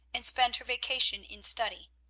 and spend her vacation in study.